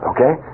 Okay